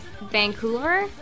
Vancouver